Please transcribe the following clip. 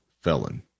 felon